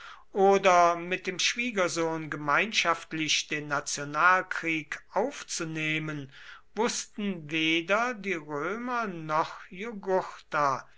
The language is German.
oder mit dem schwiegersohn gemeinschaftlich den nationalkrieg aufzunehmen wußten weder die römer noch